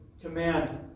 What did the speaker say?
command